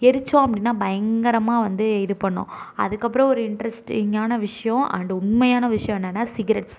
எரித்தோம் அப்படினா பயங்கரமாக வந்து இது பண்ணும் அதுக்கப்புறம் ஒரு இன்ட்ரெஸ்ட்டிங்கான விஷயம் அண்டு உண்மையான விஷயம் என்னான்னால் சிகரெட்ஸ்